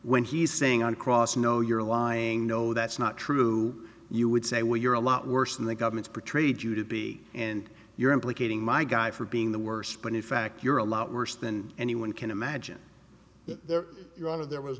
when he's saying on cross no you're lying no that's not true you would say well you're a lot worse than the government's portrayed you to be and you're implicating my guy for being the worst but in fact you're a lot worse than anyone can imagine there you're out of there was